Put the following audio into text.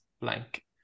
blank